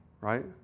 right